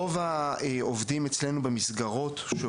רוב העובדים במסגרות אצלנו,